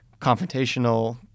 confrontational